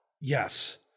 yes